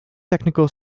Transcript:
technical